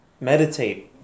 meditate